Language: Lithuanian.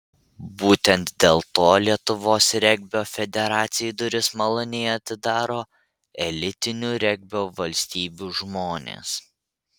būtent dėl to lietuvos regbio federacijai duris maloniai atidaro elitinių regbio valstybių žmonės